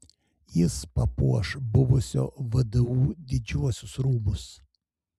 jis papuoš buvusio vdu didžiuosius rūmus